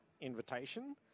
invitation